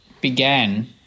began